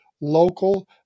local